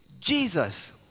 Jesus